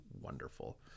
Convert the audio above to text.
wonderful